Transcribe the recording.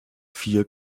vier